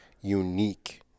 unique